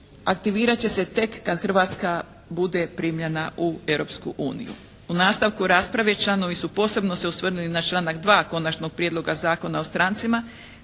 aktivirat će se tek kad Hrvatska bude primljena u Europsku uniju. U nastavku rasprave članovi su posebno se osvrnuli na članak 2. Konačnog prijedloga Zakona o strancima,